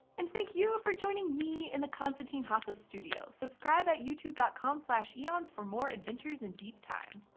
and thank you for joining me today in the konstantin haase studio. subscribe at youtube dot com slash eons for more adventures in deep time.